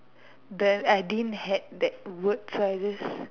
the I didn't had that word so I just